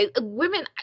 women